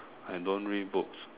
I don't read books